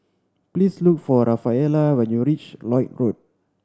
please look for Rafaela when you reach Lloyd Road